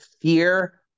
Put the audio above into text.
Fear